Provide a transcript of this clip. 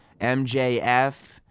MJF